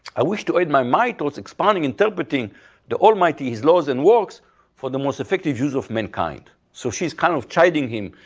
i wish to add my mite towards expounding, interpreting the almighty, his laws and works for the most effective use of mankind. so she's kind of chiding him,